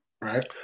right